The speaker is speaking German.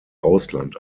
ausland